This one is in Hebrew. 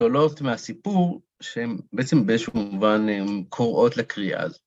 ‫עולות מהסיפור, שהן בעצם, ‫באיזשהו מובן, קוראות לקריאה הזאת.